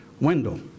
Wendell